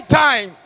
time